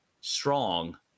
strong